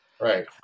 Right